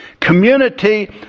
Community